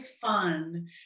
fun